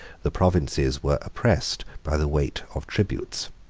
the provinces were oppressed by the weight of tributes.